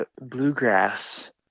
Bluegrass